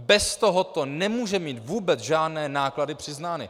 Bez tohoto nemůže mít vůbec žádné náklady přiznány!